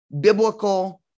biblical